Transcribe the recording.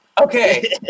Okay